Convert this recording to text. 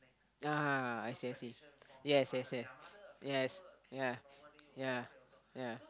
(uh huh) I see I see yes yes yes yes yea yea yea